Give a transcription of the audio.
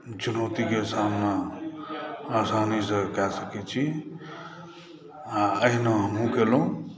चुनौतीके सामना आसानीसॅं कए सकै छी आ एहिना हमहुँ केलहुँ